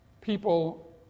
people